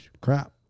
crap